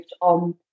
on